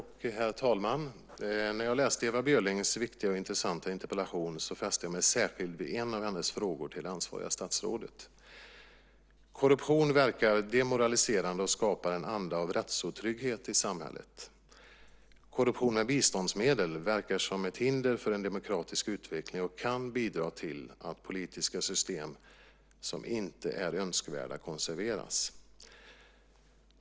Herr talman! När jag läste Ewa Björlings viktiga och intressanta interpellation fäste jag mig särskilt vid en av hennes frågor till det ansvariga statsrådet. Korruption verkar demoraliserande och skapar en anda av rättsotrygghet i samhället. Korruption av biståndsmedel verkar som ett hinder för demokratisk utveckling och kan bidra till att politiska system som inte är önskvärda konserveras.